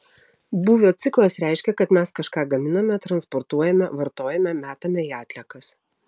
būvio ciklas reiškia kad mes kažką gaminame transportuojame vartojame metame į atliekas